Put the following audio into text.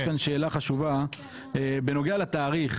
בנוגע לתאריך.